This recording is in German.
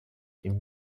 ihm